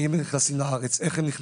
האם הם נכנסים לארץ ואיך,